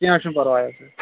کیٚنٛہہ چھُنہٕ پرواے حظ